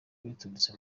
biturutse